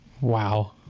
Wow